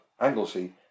Anglesey